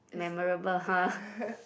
it's